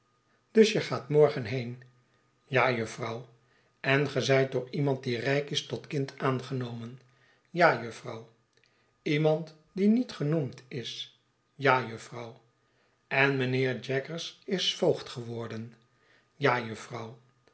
dus ga je morgen heen ja jufvrouw en ge zijt door iemand die rijk is tot kind aangenomen ja jufvrouw iemand die niet genoemd is ja jufvrouw en mijnheer jaggers is voogd geworden ja jufvrouw